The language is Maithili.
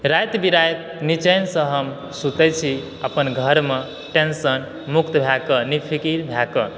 राति बिराति निचैनसऽ हम सुतै छी अपन घरमे टेन्शन मुक्त भए कऽ निफिकिर भए कऽ